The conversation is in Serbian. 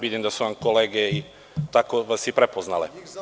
Vidim da su vas kolege tako i prepoznale.